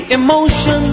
emotion